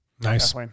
Nice